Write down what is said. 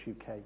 UK